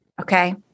Okay